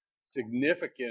significant